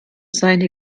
seine